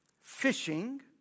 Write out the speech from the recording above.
fishing